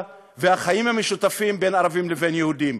והחיים המשותפים בין ערבים לבין יהודים.